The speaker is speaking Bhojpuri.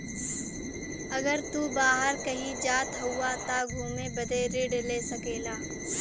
अगर तू बाहर कही जात हउआ त घुमे बदे ऋण ले सकेला